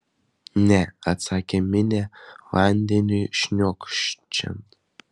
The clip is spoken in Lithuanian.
ne atsakė minė vandeniui šniokščiant